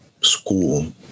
school